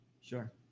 sure